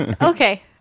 Okay